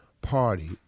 Party